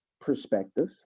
perspective